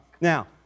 Now